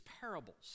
parables